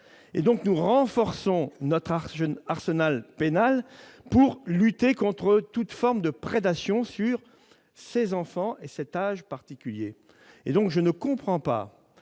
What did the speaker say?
! Nous voulons renforcer notre arsenal pénal pour lutter contre toute forme de prédation sur les enfants de cet âge particulier. Je ne comprends pas